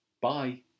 Bye